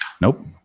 Nope